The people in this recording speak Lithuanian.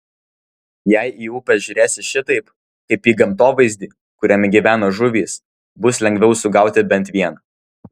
jei į upę žiūrėsi šitaip kaip į gamtovaizdį kuriame gyvena žuvys bus lengviau sugauti bent vieną